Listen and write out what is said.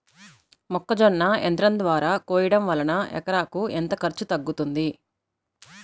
మొక్కజొన్న యంత్రం ద్వారా కోయటం వలన ఎకరాకు ఎంత ఖర్చు తగ్గుతుంది?